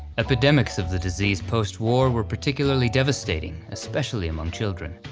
epidemics of the disease post-war were particularly devastating, especially among children.